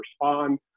respond